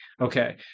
Okay